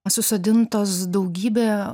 susodintos daugybę